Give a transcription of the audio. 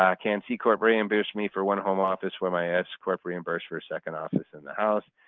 um can c-corp reimburse me for one home office where my ah s-corp reimburse for a second office in the house?